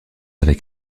avec